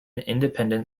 independent